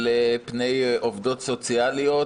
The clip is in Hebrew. על פני עובדות סוציאליות